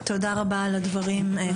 תודה רבה על הדברים, חה"כ אימאן.